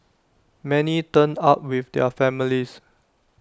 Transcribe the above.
many turned up with their families